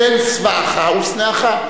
פן ישבעך ושנאך.